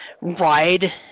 ride